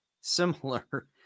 similar